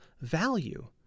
value